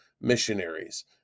missionaries